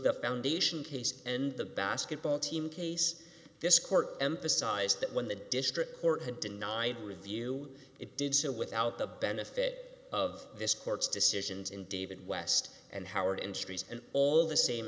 case and the basketball team case this court emphasized that when the district court had denied review it did so without the benefit of this court's decisions in david west and howard industries and all the same